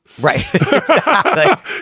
Right